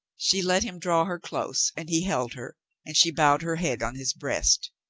she let him draw her close and he held her and she bowed her head on his breast.